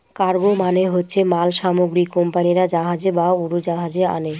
cargo মানে হচ্ছে মাল সামগ্রী কোম্পানিরা জাহাজে বা উড়োজাহাজে আনে